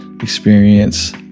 experience